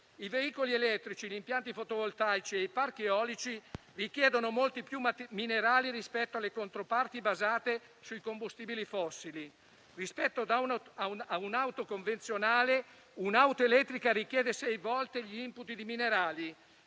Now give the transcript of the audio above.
I veicoli elettrici, gli impianti fotovoltaici e i parchi eolici richiedono molti più minerali rispetto alle controparti basate sui combustibili fossili. Rispetto a un'auto convenzionale, un'auto elettrica richiede sei volte gli *input* di minerali;